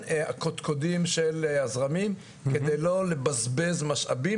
קודקודים של הזרמים כדי לא לבזבז משאבים,